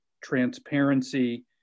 transparency